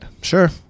Sure